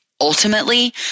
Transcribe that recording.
ultimately